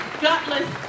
gutless